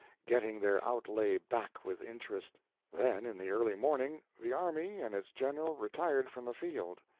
getting their outlay back with interest then in the early morning the army and its general retired from the field,